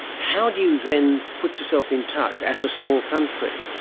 how do you then put yourself in touch, as a small country,